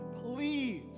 please